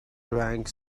drank